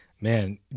Man